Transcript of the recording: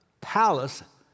palace